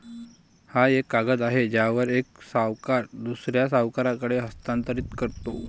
हा एक कागद आहे ज्यावर एक सावकार दुसऱ्या सावकाराकडे हस्तांतरित करतो